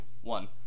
one